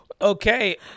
Okay